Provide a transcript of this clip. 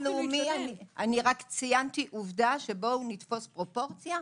אני רק ציינתי עובדה, שבואו נתפוס פרופורציה.